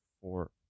four